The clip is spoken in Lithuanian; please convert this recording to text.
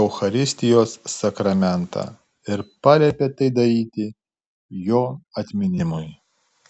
eucharistijos sakramentą ir paliepė tai daryti jo atminimui